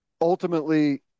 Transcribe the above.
ultimately